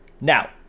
now